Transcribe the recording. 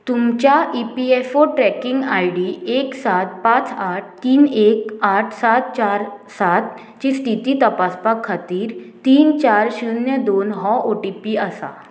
तुमच्या E P F O tracking I D एक सात पांच आठ तीन एक आठ सात चार सात ची स्थिती तपासपा खातीर तीन चार शुन्य दोन हो ओ टी पी आसा